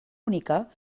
única